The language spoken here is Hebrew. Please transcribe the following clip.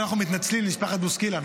מתנצלים, משפחת בוסקילה.